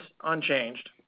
unchanged